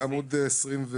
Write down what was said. עמ' 23,